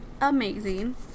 amazing